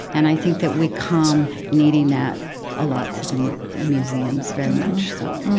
and i think that we come needing that a lot to the museums, very much so